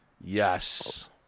Yes